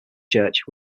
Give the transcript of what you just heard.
church